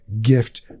gift